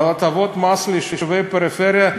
אבל הטבות מס ליישובי פריפריה,